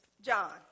John